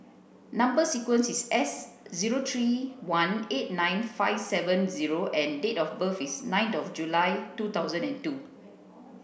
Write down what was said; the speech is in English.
number sequence is S zero three one eight nine five seven zero and date of birth is nine of July two thousand and two